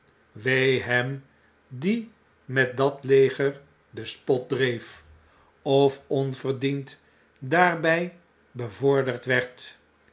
wee hem die met dat leger den spot dreef of onverdiend daarbjj bevorderd werd